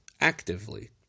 actively